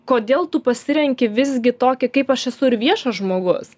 kodėl tu pasirenki visgi tokį kaip aš esu ir viešas žmogus